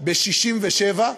ב-1957,